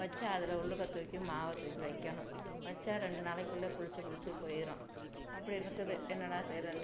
வச்சு அதில் உள்ளுக்க தூக்கி மாவைத் தூக்கி வைக்கணும் வச்சா ரெண்டு நாளைக்குள்ளே புளிச்சிப் புளிச்சிப் போய்ரும் அப்படினுட்டுது என்னனா செய்யறதுன்ட்டு